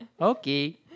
Okay